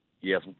Yes